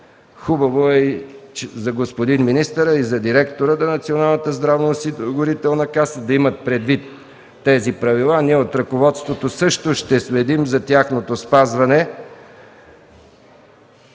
Хубаво е господин министърът и директорът на Националната здравноосигурителна каса да имат предвид тези правила. Ние от ръководството също ще следим за тяхното спазване.